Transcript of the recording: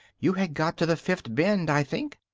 you had got to the fifth bend, i think?